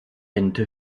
into